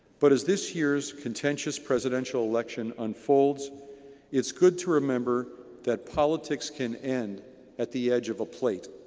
but as this years contentious presidential election unfolds it's good to remember that politics can end at the edge of a plate.